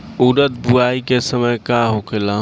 उरद बुआई के समय का होखेला?